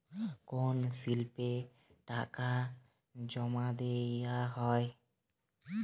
কোন স্লিপে টাকা জমাদেওয়া হয়?